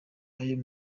ayo